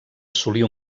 assolir